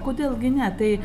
kodėl gi ne tai